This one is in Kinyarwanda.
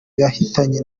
yahitanye